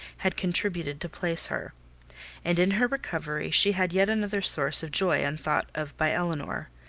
had contributed to place her and in her recovery she had yet another source of joy unthought of by elinor.